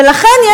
ולכן,